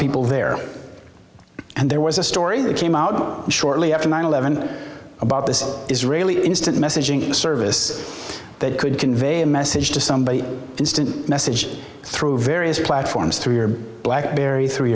people there and there was a story that came out shortly after nine eleven about this israeli instant messaging service that could convey a message to somebody instant message through various platforms through your blackberry through